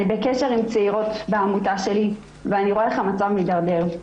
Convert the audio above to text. אני בקשר עם צעירות בעמותה שלי ואני רואה איך המצב מתדרדר.